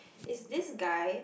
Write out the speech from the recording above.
is this guy